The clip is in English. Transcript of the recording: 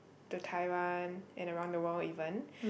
to Taiwan and around the world even